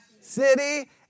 city